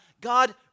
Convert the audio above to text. God